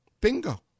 Bingo